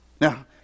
Now